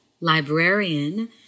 Librarian